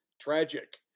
tragic